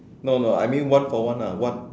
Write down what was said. no no I mean one for one ah one